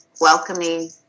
welcoming